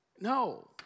No